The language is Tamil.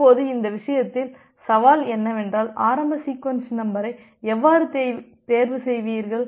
இப்போது இந்த விஷயத்தில் சவால் என்னவென்றால் ஆரம்ப சீக்வென்ஸ் நம்பரை எவ்வாறு தேர்வு செய்வீர்கள்